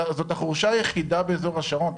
זאת החורשה היחידה באזור השרון.